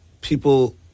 people